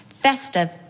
festive